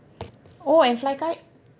oh and fly kite